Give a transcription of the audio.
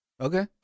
Okay